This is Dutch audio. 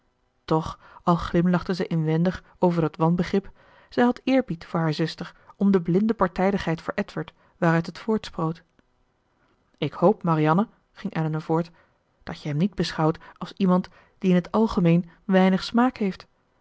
toch al glimlachte zij inwendig over dat wanbegrip zij had eerbied voor haar zuster om de blinde partijdigheid voor edward waaruit het voortsproot ik hoop marianne ging elinor voort dat je hem niet beschouwt als iemand die in t algemeen weinig smaak heeft